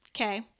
okay